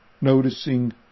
Noticing